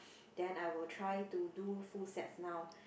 then I will try to do full sets now